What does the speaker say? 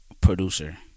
producer